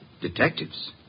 Detectives